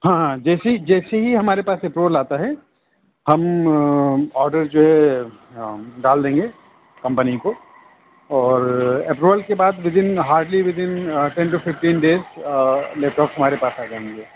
ہاں ہاں جیسے ہی جیسے ہی ہمارے پاس اپروول آتا ہے ہم آڈر جو ہے ہاں ڈال دیں گے کمپنی کو اور اپروول کے بعد within hardly within ten to fifteen days laptop ہمارے پاس آ جائیں گے